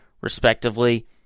respectively